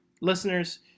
listeners